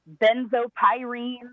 benzopyrene